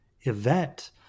event